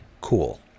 Cool